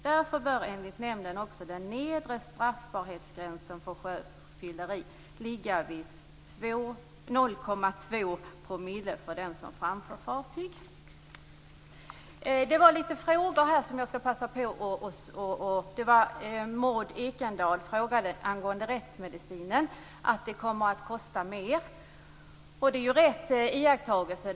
Därför bör enligt nämnden också den nedre straffbarhetsgränsen för sjöfylleri ligga vid Jag skall passa på att svara på några frågor. Maud Ekendahl frågade om rättsmedicinen kommer att kosta mer. Ja, jag tror det. Det är en riktig iakttagelse.